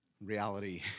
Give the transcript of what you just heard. Reality